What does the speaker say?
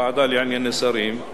ועדת השרים לענייני